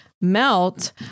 melt